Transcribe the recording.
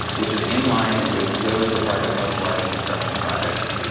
which is in line with those required of most large construction projects.